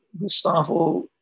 Gustavo